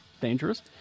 dangerous